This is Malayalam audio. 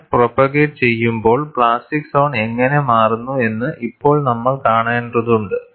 ക്രാക്ക് പ്രൊപ്പഗേറ്റ് ചെയ്യുമ്പോൾ പ്ലാസ്റ്റിക് സോൺ എങ്ങനെ മാറുന്നു എന്ന് ഇപ്പോൾ നമ്മൾ കാണേണ്ടതുണ്ട്